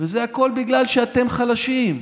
וזה הכול בגלל שאתם חלשים.